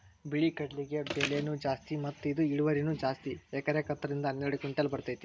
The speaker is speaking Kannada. ಬಿಳಿ ಕಡ್ಲಿಗೆ ಬೆಲೆನೂ ಜಾಸ್ತಿ ಮತ್ತ ಇದ ಇಳುವರಿನೂ ಜಾಸ್ತಿ ಎಕರೆಕ ಹತ್ತ ರಿಂದ ಹನ್ನೆರಡು ಕಿಂಟಲ್ ಬರ್ತೈತಿ